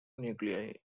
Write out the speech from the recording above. nuclei